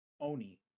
Oni